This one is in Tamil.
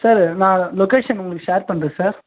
சார் நான் லொகேஷன் உங்களுக்கு ஷேர் பண்ணுறேன் சார்